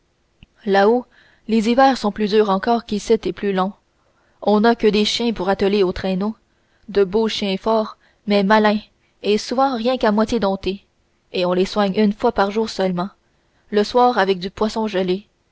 là-haut les hivers sont plus durs encore qu'icitte et plus longs on n'a que des chiens pour atteler aux traîneaux de beaux chiens forts mais malins et souvent rien qu'à moitié domptés et on les soigne une fois par jour seulement le soir avec du poisson gelé